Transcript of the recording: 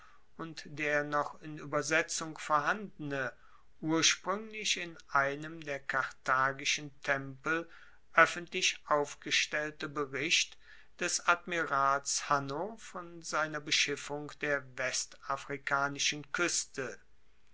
und der noch in uebersetzung vorhandene urspruenglich in einem der karthagischen tempel oeffentlich aufgestellte bericht des admirals hanno von seiner beschiffung der westafrikanischen kueste